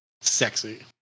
Sexy